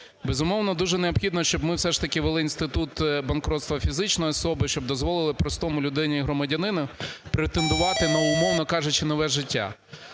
Безумовно, дуже необхідно, щоб ми все ж таки ввели інститут банкрутства фізичної особи, щоб дозволили простій людині, громадянину претендувати на, умовно кажучи, нове життя.